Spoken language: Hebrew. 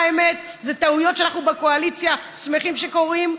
האמת, אלה טעויות שאנחנו בקואליציה שמחים שקורות.